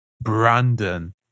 Brandon